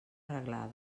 arreglada